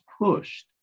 pushed